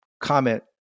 comment